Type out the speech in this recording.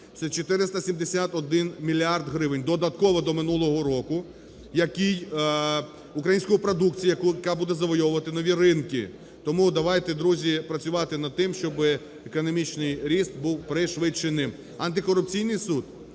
Це 471 мільярд гривень додатково до минулого року, який… української продукції, яка буде завойовувати нові ринки. Тому давайте, друзі, працювати над тим, щоби економічний ріст був пришвидшеним. Антикорупційний суд